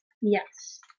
Yes